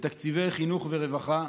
בתקציבי חינוך ורווחה.